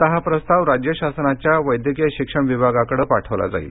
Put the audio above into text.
आता हा प्रस्ताव राज्य शासनाच्या वैद्यकीय शिक्षण विभागाकडे पाठवला जाईल